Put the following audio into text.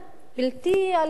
בלתי אלימה בכלל.